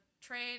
train